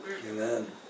Amen